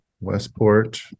Westport